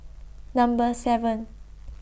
Number seven